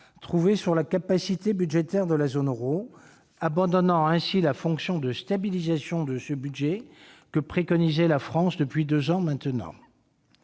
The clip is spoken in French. trouvé sur la capacité budgétaire de la zone euro, abandonnant ainsi la fonction de stabilisation de ce budget que préconisait la France depuis deux ans maintenant.